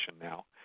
now